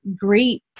great